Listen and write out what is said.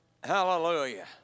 hallelujah